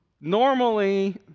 normally